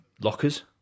lockers